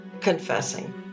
confessing